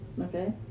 okay